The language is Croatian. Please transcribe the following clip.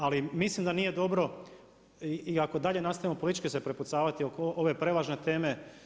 Ali mislim da nije dobro ako i dalje nastavimo politički prepucavati oko ove prevažne teme.